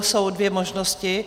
Jsou dvě možnosti.